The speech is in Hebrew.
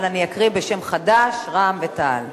בשם חד"ש ורע"ם-תע"ל.